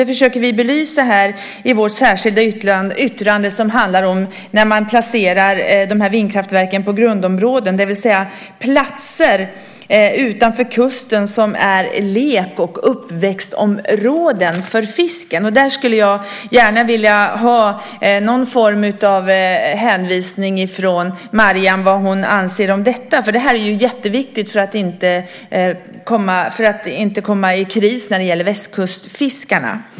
Det försöker vi belysa i vårt särskilda yttrande, som alltså handlar om att man placerar vindkraftverken på grundområden, det vill säga på platser utanför kusten som är lek och uppväxtområden för fisk. Jag skulle därför gärna vilja höra vad Mariam anser om detta. Frågan är jätteviktig för att det inte ska uppstå en kris när det gäller västkustfiskarna.